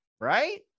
right